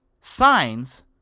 signs